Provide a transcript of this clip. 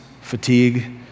fatigue